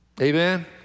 Amen